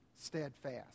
steadfast